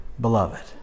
beloved